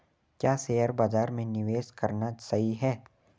क्या शेयर बाज़ार में निवेश करना सही है?